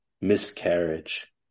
miscarriage